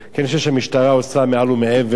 כי אני חושב שהמשטרה עושה מעל ומעבר.